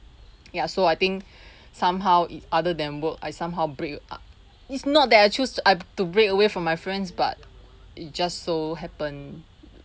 ya so I think somehow it other than work I somehow break up it's not that I choose I to break away from my friends but it just so happen